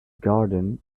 garden